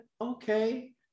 Okay